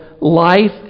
life